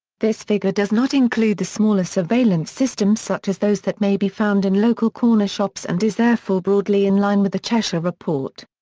this figure does not include the smaller surveillance systems such as those that may be found in local corner shops and is therefore broadly in line with the cheshire report.